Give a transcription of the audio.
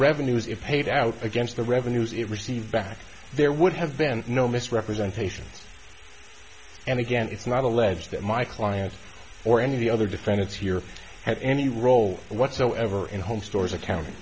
revenues if paid out against the revenues it received back there would have been no misrepresentations and again it's not alleged that my client or any of the other defendants here had any role whatsoever in home stores accounting